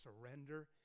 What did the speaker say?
surrender